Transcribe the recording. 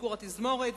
"ביקור התזמורת",